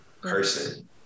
person